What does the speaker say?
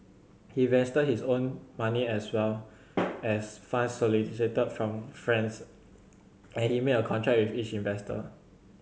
he invested his own money as well as funds solicited from friends and he made a contract with each investor